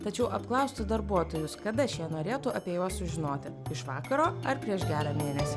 tačiau apklausti darbuotojus kada šie norėtų apie juos sužinoti iš vakaro ar prieš gerą mėnesį